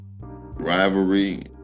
rivalry